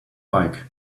bike